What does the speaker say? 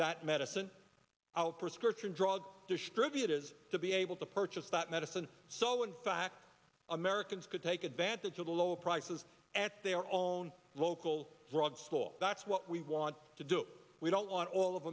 that medicine out prescription drugs distribute is to be able to purchase that medicine so in fact americans could take advantage of the low prices at their on local drug store that's what we want to do we don't want all of